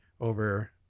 over